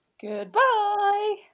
Goodbye